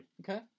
Okay